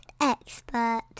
expert